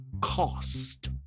cost